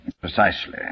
Precisely